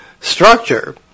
Structure